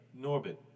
Norbit